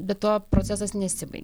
bet tuo procesas nesibaigė